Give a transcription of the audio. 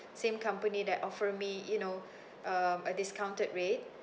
same company that offer me you know um a discounted rate